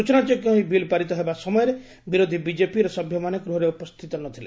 ସୂଚନାଯୋଗ୍ୟ ଏହି ବିଲ୍ ପାରିତ ହେବା ସମୟରେ ବିରୋଧୀ ବିଜେପିର ସଭ୍ୟମାନେ ଗୃହରେ ଉପସ୍ତିତ ନ ଥିଲେ